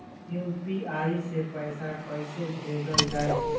UPI से पैसा कइसे भेजल जाई?